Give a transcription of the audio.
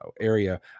Area